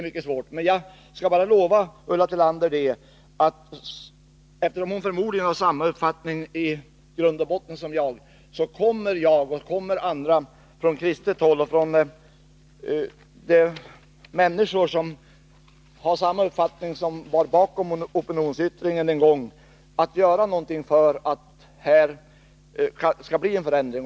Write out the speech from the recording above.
Men jag vill lova Ulla Tillander, eftersom hon förmodligen i grund och botten har samma uppfattning som jag, att jag och andra från kristet håll liksom också de människor som står bakom opinionsyttringen kommer att göra någonting, så att det kan bli en förändring.